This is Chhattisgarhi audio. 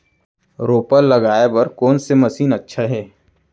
रोपा लगाय बर कोन से मशीन अच्छा हे?